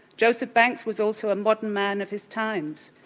joseph banks was also a modern man of his times,